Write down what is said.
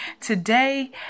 today